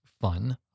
fun